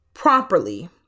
properly